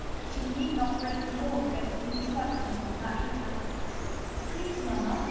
that she need not break the law against interrupting, with her eager please, mamma,